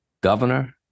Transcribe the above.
governor